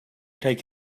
take